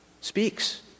speaks